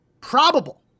probable